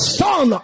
son